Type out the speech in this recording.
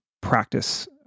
practice